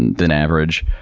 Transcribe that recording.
and than average.